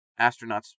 astronauts